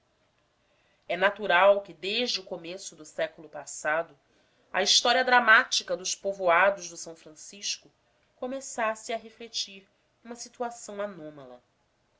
é natural que desde o começo do século passado a história dramática dos povoados do s francisco começasse a refletir uma situação anômala